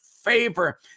favor